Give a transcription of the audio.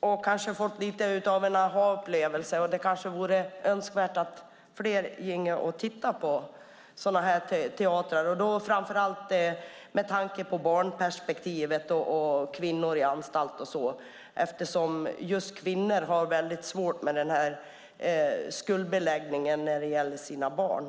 och kanske fått lite av en aha-upplevelse. Det kanske vore önskvärt att fler ginge och tittade på sådana föreställningar, framför allt med tanke på barnperspektivet och kvinnor på anstalt, eftersom just kvinnor har väldigt svårt med skuldbeläggningen när det gäller deras barn.